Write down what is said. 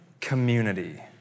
community